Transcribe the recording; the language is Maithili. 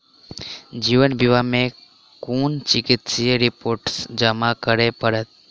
जीवन बीमा मे केँ कुन चिकित्सीय रिपोर्टस जमा करै पड़त?